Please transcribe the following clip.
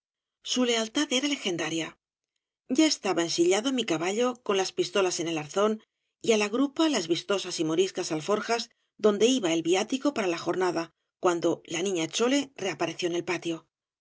su lealtad era legendaria ya estaba ensillado mi caballo con las pistolas en el arzón y á la grupa las vistosas y moriscas alforjas donde iba el viático para la jornada cuando la niña chole reapareció en el patio